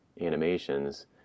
animations